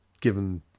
given